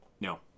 No